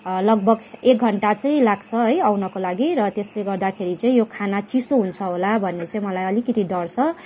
लगभग एक घन्टा चाहिँ लाग्छ है आउनको लागि र त्यसले गर्दाखेरि चाहिँ यो खाना चिसो हुन्छ होला भन्ने चाहिँ मलाई अलिकति डर छ